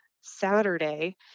Saturday